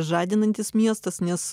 žadinantis miestas nes